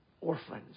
Orphans